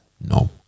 No